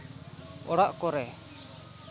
ᱚᱲᱟᱜ ᱠᱚᱨᱮ